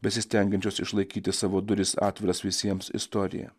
besistengiančios išlaikyti savo duris atviras visiems istoriją